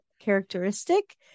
characteristic